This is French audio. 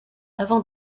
avant